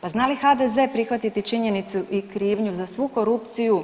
Pa zna li HDZ prihvatiti činjenicu i krivnju za svu korupciju